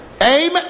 Amen